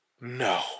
No